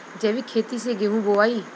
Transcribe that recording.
जैविक खेती से गेहूँ बोवाई